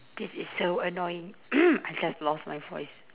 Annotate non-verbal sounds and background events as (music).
this is so annoying (coughs) I just lost my voice